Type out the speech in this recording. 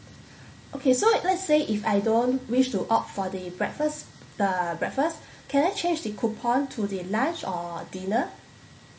okay so let's say if I don't wish to opt for the breakfast the breakfast can I change the coupon to the lunch or dinner